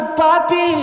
papi